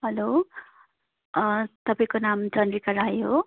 hello तपाईँको नाम चन्द्रिका राई हो